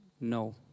no